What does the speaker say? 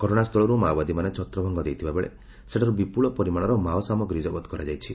ଘଟଣା ସ୍ଥଳରୁ ମାଓବାଦୀମାନେ ଛତ୍ରଭଙ୍ଗ ଦେଇଥିବାବେଳେ ସେଠାରୁ ବିପୁଳ ପିରମାଣର ମାଓ ସାମଗ୍ରୀ ଜବତ କରାଯାଇଛି